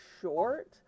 short